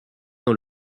dans